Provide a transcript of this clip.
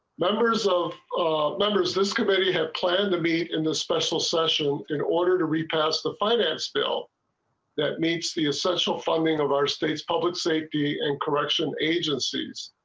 members of this committee had planned to be in the special session in order to recast the finance bill that makes the a social funding of our state's public safety and corrections agencies.